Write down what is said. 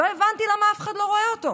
לא הבנתי למה אף אחד לא רואה אותו.